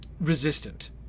resistant